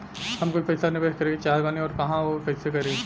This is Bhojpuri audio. हम कुछ पइसा निवेश करे के चाहत बानी और कहाँअउर कइसे करी?